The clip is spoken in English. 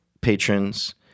patrons